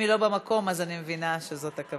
אם היא לא במקום, אז אני מבינה שזאת הכוונה.